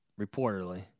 reportedly